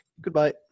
goodbye